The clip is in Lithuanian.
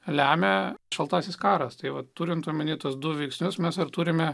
lemia šaltasis karas tai vat turint omenyje tuos du veiksnius mes turime